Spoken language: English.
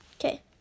okay